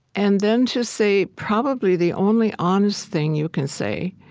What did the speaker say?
and then to say probably the only honest thing you can say,